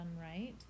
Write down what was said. right